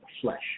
flesh